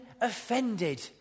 offended